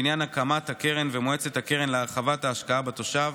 בעניין הקמת הקרן ומועצת הקרן להרחבת ההשקעה בתושב.